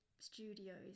studios